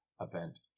event